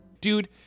Dude